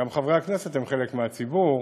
וגם חברי הכנסת הם חלק מהציבור,